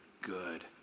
good